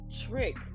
Trick